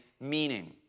meaning